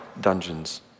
dungeons